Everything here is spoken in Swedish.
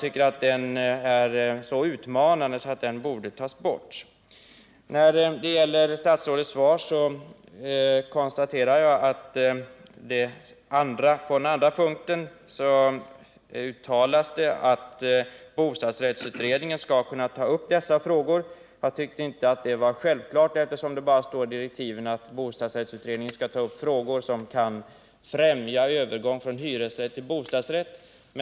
Den regeln är så utmanande att den borde tas bort. Jag konstaterar att det beträffande min andra fråga uttalas i svaret att bostadsrättsutredningen skall kunna ta upp dessa frågor. Jag tyckte inte att detta var självklart, eftersom det i direktiven bara står att bostadsrättsutredningen skall ta upp frågor som kan främja övergång från hyresrätt till bostadsrätt.